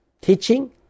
teaching